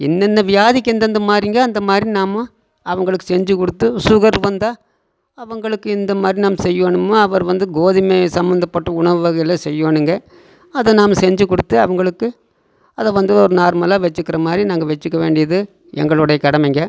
என்னென்ன வியாதிக்கு எந்தெந்த மாதிரிங்க அந்த மாதிரி நம்ம அவங்களுக்கு செஞ்சு கொடுத்து சுகர் வந்தால் அவங்களுக்கு எந்த மாதிரி நம்ம செய்யணுமோ அவர் வந்து கோதுமை சம்மந்தப்பட்ட உணவுவகைளை செய்யணுங்க அதை நாம் செஞ்சு கொடுத்து அவங்களுக்கு அதை வந்து ஒரு நார்மலாக வச்சுக்கிற மாதிரி நாங்கள் வச்சுக்க வேண்டியது எங்களுடைய கடமைங்க